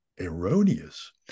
erroneous